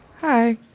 Hi